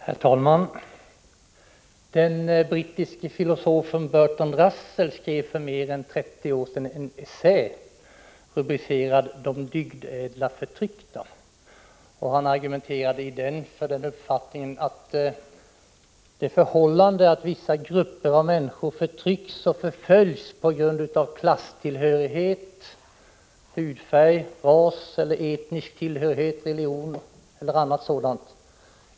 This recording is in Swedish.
Herr talman! Den brittiske filosofen Bertrand Russell skrev för mer än 30 år sedan en essä, rubricerad De dygdädla förtryckta. Han argumenterade i denna för uppfattningen att det förhållandet att vissa grupper av människor förtrycks och förföljs på grund av klasstillhörighet, hudfärg, ras eller etnisk tillhörighet, religion etc.